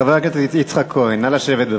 חבר הכנסת יצחק כהן, נא לשבת.